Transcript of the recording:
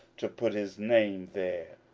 to put his name there.